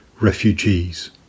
refugees